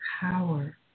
power